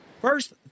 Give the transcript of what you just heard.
First